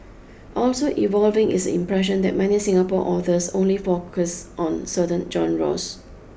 also evolving is the impression that many Singapore authors only focus on certain genres